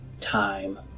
time